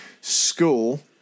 School